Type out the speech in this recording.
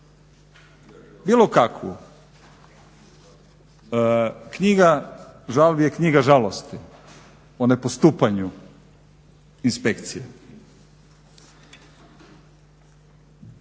Bilo kakvu, knjiga žalbi je knjiga žalosti o nepostupanju inspekcije.